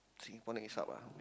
Singapore next hub ah